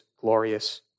glorious